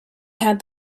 had